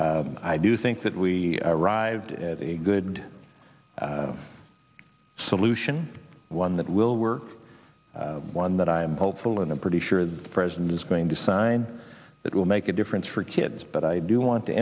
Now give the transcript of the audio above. i do think that we arrived at a good solution one that will work one that i'm hopeful and i'm pretty sure the president is going to sign that will make a difference for kids but i do want to